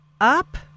up